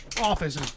office